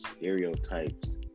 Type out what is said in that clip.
stereotypes